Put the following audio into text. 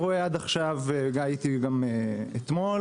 הסטטיסטיקה היחידה שראינו הייתה אתמול